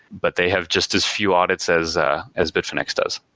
but they have just as few audits as ah as bitfinex does.